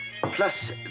plus